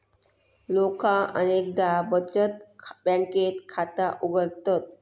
लोका अनेकदा बचत बँकेत खाता उघडतत